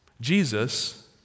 Jesus